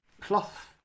cloth